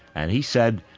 and he said,